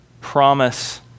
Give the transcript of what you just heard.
promise